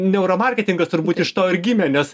neuro marketingas turbūt iš to ir gimė nes